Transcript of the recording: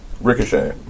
Ricochet